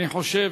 אני חושב,